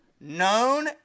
known